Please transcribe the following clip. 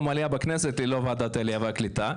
עלייה בכנסת בלי ועדת העלייה והקליטה.